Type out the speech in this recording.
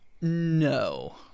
no